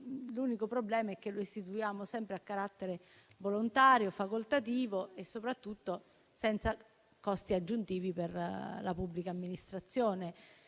L'unico problema è che lo istituiamo sempre a carattere volontario, facoltativo e soprattutto senza costi aggiuntivi per la pubblica amministrazione.